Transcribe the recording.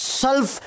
self